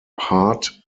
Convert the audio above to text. hart